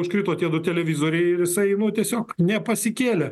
užkrito tie du televizoriai ir jisai nu tiesiog nepasikėlė